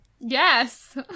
Yes